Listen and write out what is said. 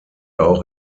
auch